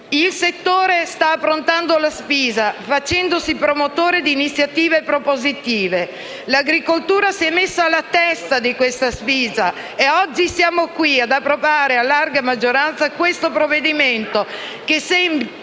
Il settore sta affrontando la sfida facendosi promotore di iniziative propositive. L'agricoltura si è messa alla testa di questa sfida e oggi siamo qui ad approvare a larga maggioranza questo provvedimento, che segna